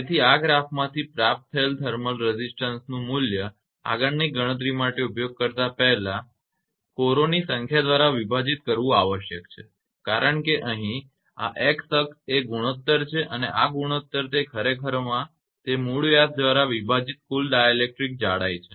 તેથી આ ગ્રાફમાંથી પ્રાપ્ત થર્મલ રેઝિસ્ટન્સનું મૂલ્ય આગળની ગણતરી માટે ઉપયોગ કરતા પહેલા કોરો ની સંખ્યા દ્વારા વિભાજિત કરવું આવશ્યક છે કારણ કે અહીં આ x અક્ષ એ ગુણોત્તર છે અને આ ગુણોત્તર તે ખરેખર માં તે મૂળ વ્યાસ દ્વારા વિભાજિત કુલ ડાઇલેક્ટ્રિક જાડાઈ છે